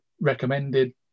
recommended